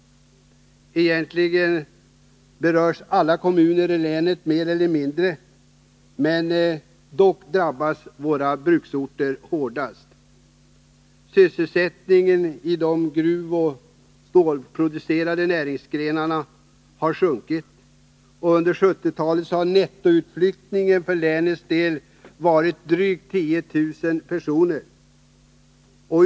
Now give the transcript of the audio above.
Egentligen berörs alla kommuner i länet mer eller mindre; dock drabbas våra bruksorter hårdast. Sysselsättningen i gruvorna och de stålproducerande näringsgrenarna har sjunkit. Under 1970-talet har nettoutflyttningen för länets del varit drygt 10 000 personer.